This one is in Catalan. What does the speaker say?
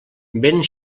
vent